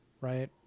right